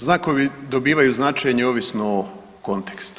Znakovi dobivaju značenje ovisno o kontekstu.